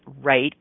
right